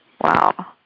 Wow